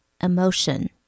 emotion